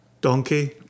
donkey